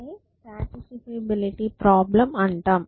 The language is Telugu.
దీనినే సాటిసిఫైబిలిటీ ఫార్ములా అంటాం